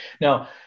Now